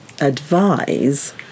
Advise